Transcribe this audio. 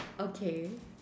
okay